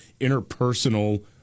interpersonal